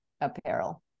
apparel